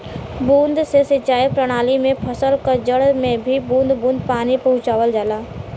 बूंद से सिंचाई प्रणाली में फसल क जड़ में ही बूंद बूंद पानी पहुंचावल जाला